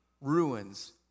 ruins